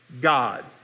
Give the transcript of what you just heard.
God